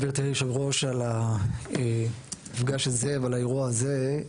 גברתי יושבת הראש על המפגש הזה ועל האירוע הזה.